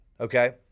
Okay